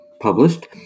published